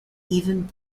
even